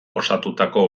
osatutako